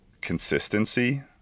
consistency